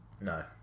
no